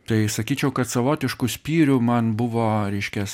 tai sakyčiau kad savotišku spyriu man buvo reiškias